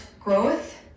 growth